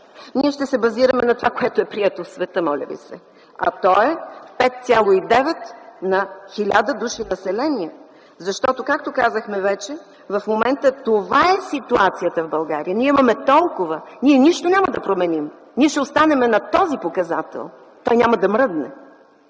Ние ще се базираме на това, което е прието в света, моля Ви се, а то е 5,9 на 1000 души население, защото, както казахме вече, в момента това е ситуацията в България. Ние имаме толкова. Ние нищо няма да променим. Ние ще останем на този показател. Той няма да мръдне.